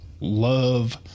love